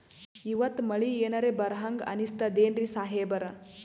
ಇವತ್ತ ಮಳಿ ಎನರೆ ಬರಹಂಗ ಅನಿಸ್ತದೆನ್ರಿ ಸಾಹೇಬರ?